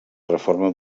reforma